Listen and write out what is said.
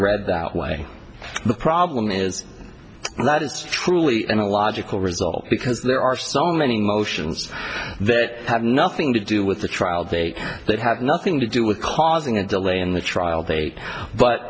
read that way the problem is that it's truly a logical result because there are so many emotions that have nothing to do with the trial date that have nothing to do with causing a delay in the trial date but